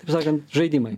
taip sakant žaidimai